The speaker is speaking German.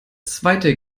zweite